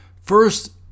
First